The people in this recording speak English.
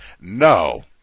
no